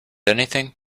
anything